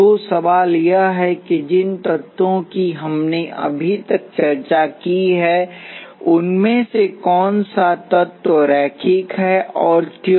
तो सवाल यह है कि जिन तत्वों की हमने अभी तक चर्चा की है उनमें से कौन सा तत्व रैखिक है और क्यों